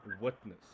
witness